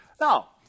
Now